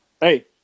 Hey